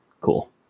cool